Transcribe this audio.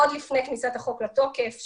עוד לפני כניסת החוק לתוקף,